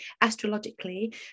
astrologically